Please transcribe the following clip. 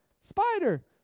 spider